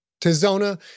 Tizona